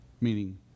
Meaning